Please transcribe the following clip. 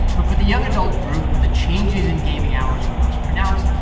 but for the young adult group where the changes in gaming hours were most pronounced,